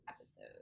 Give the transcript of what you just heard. episode